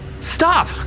Stop